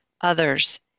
others